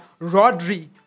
Rodri